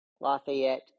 Lafayette